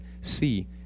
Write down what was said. See